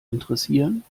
interessieren